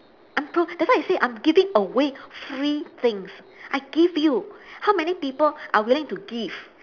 I'm pro~ that's why I say I'm giving away free things I give you how many people are willing to give